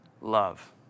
love